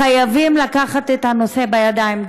חייבים לקחת את הנושא לידיים,